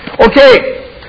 Okay